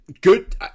good